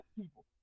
people